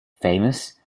famous